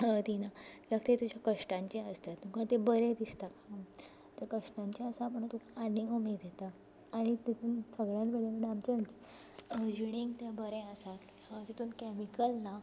दिना किद्याक तें तुज्या कश्टांचें आसता तुका तें बरें दिसता खावंक तें कश्टांचें आसा म्हुणू तुका आनीक उमेद येता आनी तेतून सगळ्यांत पयली म्हणजे आमचे जीण जिणेक ते बरे आसात तातूंत कॅमिकल ना